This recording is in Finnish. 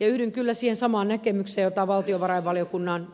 yhdyn kyllä siihen samaan näkemykseen jota valtiovarainvaliokunnan